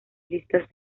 listas